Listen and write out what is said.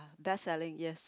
best selling yes